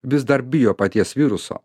vis dar bijo paties viruso